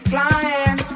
Flying